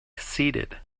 seated